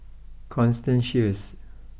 Constance Sheares